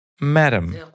Madam